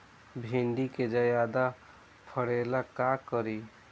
भिंडी के ज्यादा फरेला का करी?